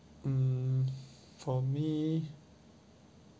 mm for me